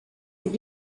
vive